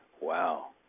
wow